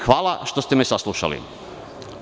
Hvala vam što ste me saslušali.